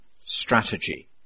strategy